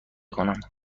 کنم